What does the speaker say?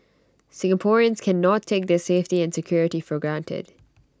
Singaporeans cannot take their safety and security for granted